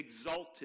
exalted